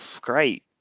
great